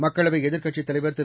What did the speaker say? மக்களவை எதிர்க்கட்சித் தலைவர் திரு